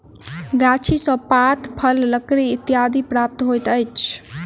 गाछी सॅ पात, फल, लकड़ी इत्यादि प्राप्त होइत अछि